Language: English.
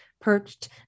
perched